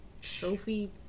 Sophie